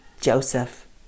Joseph